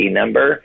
number